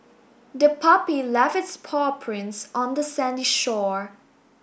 the puppy left its paw prints on the sandy shore